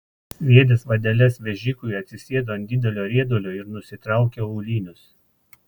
sviedęs vadeles vežikui atsisėdo ant didelio riedulio ir nusitraukė aulinius